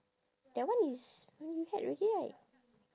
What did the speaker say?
that one is you had already right